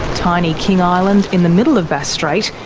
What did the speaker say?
tiny king island, in the middle of bass strait,